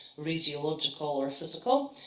radiological, or physical.